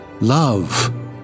love